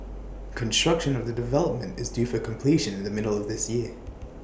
construction of the development is due for completion in the middle of this year